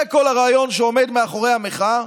זה כל הרעיון שעומד מאחורי המחאה,